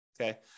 okay